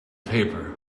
paper